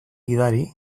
gidari